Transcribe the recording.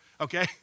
Okay